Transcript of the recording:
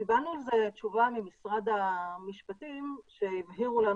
קיבלנו תשובה ממשרד המשפטים שהבהירו לנו